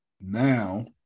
Now